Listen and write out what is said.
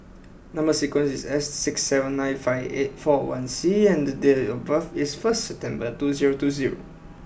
number sequence is S six seven nine five eight four one C and the date of birth is first September two zero two zero